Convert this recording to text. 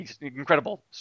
incredible